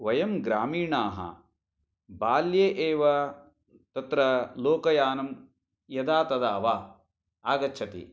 वयं ग्रामीणाः बाल्ये एव तत्र लोकयानं यदा तदा वा आगच्छति अतः